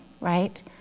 right